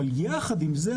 אבל יחד עם זאת,